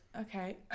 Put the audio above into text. Okay